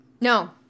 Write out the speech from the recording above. No